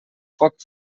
foc